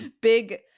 big